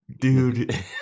dude